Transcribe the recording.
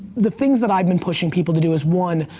the things that i've been pushing people to do is, one,